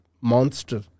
monster